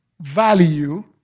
value